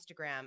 Instagram